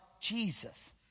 Jesus